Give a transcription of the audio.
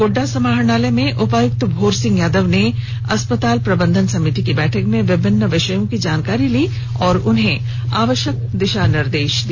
गोड्डा समाहरणालय में उपायुक्त भोर सिंह यादव ने गोड्डा अस्पताल प्रबंधन समिति की बैठक में विभिन्न विषयों की जानकारी ली और आवश्यक दिशा निर्देश दिया